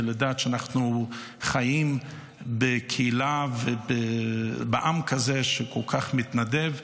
ולדעת שאנחנו חיים בקהילה ובעם כזה שכל כך מתנדב,